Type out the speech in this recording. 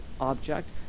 object